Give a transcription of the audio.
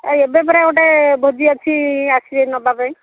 ଏ ଏବେ ପରା ଗୋଟେ ଭୋଜି ଅଛି ଆସିବେ ନେବା ପାଇଁ